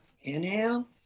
inhale